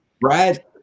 Brad